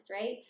right